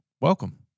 welcome